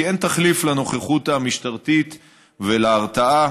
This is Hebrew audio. כי אין תחליף לנוכחות המשטרתית ולהרתעה